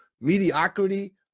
mediocrity